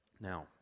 now